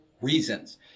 reasons